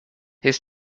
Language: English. his